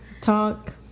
talk